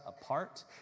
apart